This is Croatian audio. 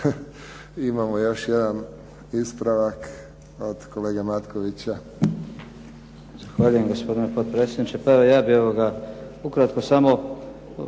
Imamo još jedan ispravak od kolege Matkovića.